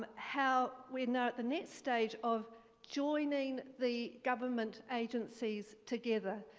ah how we're not at the next stage of joining the government agencies together,